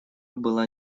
была